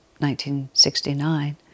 1969